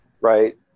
right